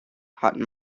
hatten